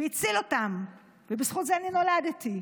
והציל אותם, ובזכות זה אני נולדתי.